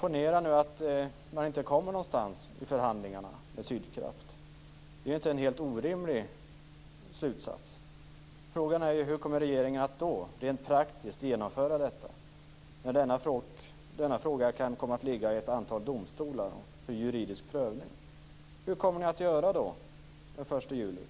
Ponera att man inte kommer någonstans i förhandlingarna med Sydkraft. Det är inte en helt orimlig slutsats. Frågan är hur regeringen då rent praktiskt kommer att genomföra detta. Denna fråga kan komma att ligga i ett antal domstolar för juridisk prövning. Hur kommer ni att göra den 1 juli?